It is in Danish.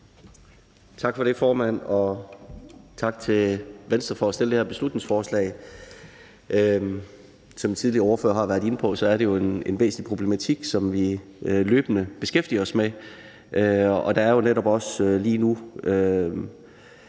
Tak for det, formand, og tak til Venstre for at fremsætte det her beslutningsforslag. Som tidligere ordførere har været inde på, er det jo en væsentlig problematik, som vi løbende beskæftiger os med. Og der pågår jo også lige nu